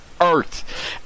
earth